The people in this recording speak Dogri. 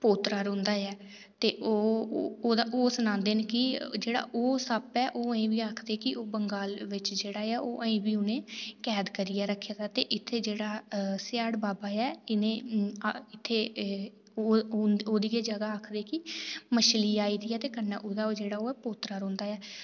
पोत्तरा रौंह्दा ऐ ते ओह् सनांदे न कि जेह्ड़ा ओह् सप्प ऐ ओह् आखदे कि ऐहीं बी बंगाल बिच जेह्ड़ा ऐ ओह् कैद करियै रक्खे दा ते इत्थै जेह्ड़ा सियाढ़ बाबा ऐ इ'नें इत्थै ओह्दी गै जगह आखदे कि मच्छली आई दी ऐ ते ओह्दा जेह्ड़ा पोत्तरा रौंह्दा